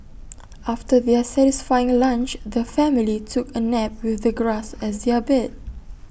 after their satisfying lunch the family took A nap with the grass as their bed